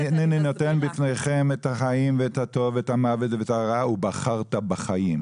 "הנני נותן בפניכם את החיים ואת הטוב ואת המוות ואת הרע ובחרת בחיים".